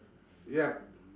yup